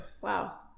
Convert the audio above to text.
wow